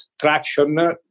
traction